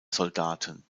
soldaten